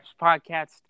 podcast